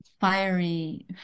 fiery